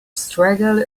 struggle